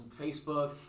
Facebook